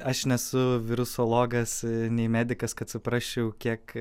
aš nesu virusologas nei medikas kad suprasčiau kiek